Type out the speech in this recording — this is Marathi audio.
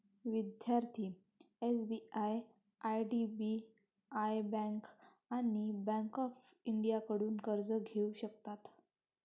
विद्यार्थी एस.बी.आय आय.डी.बी.आय बँक आणि बँक ऑफ इंडियाकडून कर्ज घेऊ शकतात